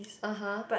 (uh huh)